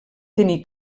tenir